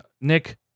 Nick